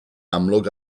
amlwg